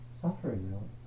suffering